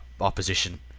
opposition